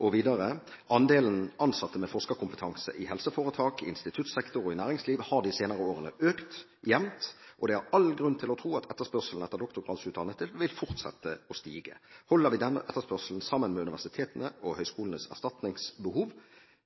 Og videre: «Andelen ansatte med forskerkompetanse i helseforetakene, i instituttsektoren og i næringslivet har de senere årene økt jevnt, og det er all grunn til å tro at etterspørselen etter doktorgradsutdannede vil fortsette å stige. Holder vi denne etterspørselen sammen med universitetenes og høgskolenes erstatningsbehov,